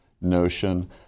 notion